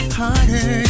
harder